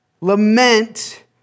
Lament